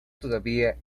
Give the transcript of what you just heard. todavía